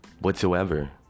whatsoever